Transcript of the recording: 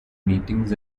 meetings